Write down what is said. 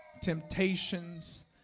temptations